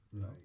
right